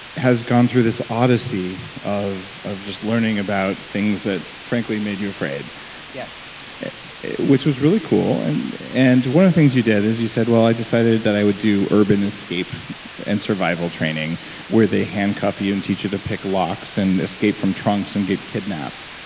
has gone through this odyssey of of just learning about things that frankly made you afraid yes which was really cool, and and one of the things you did is you said, well i decided that i would do urban escape and survival training where they handcuff you and teach you to pick locks and escape from trunks and get kidnapped.